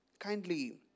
Kindly